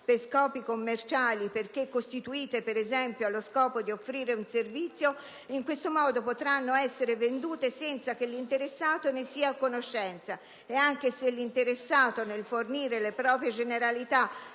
per scopi commerciali perché costituite, per esempio, allo scopo di offrire un servizio, in questo modo potrà venderle senza che l'interessato ne sia a conoscenza ed anche se l'interessato nel fornire le proprie generalità